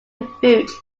refuge